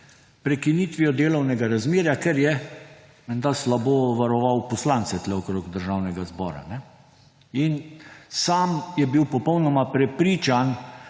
prekinitvijo delovnega razmerja, ker je menda slabo varoval poslance tukaj okrog Državnega zbora, in sam je bil popolnoma prepričan,